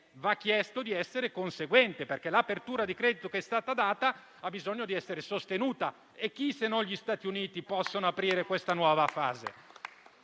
va chiesto di essere conseguente, perché l'apertura di credito che è stata data ha bisogno di essere sostenuta. E chi, se non gli Stati Uniti, possono aprire questa nuova fase?